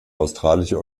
australische